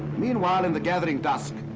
meanwhile in the gathering dusk,